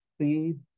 seed